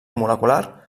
molecular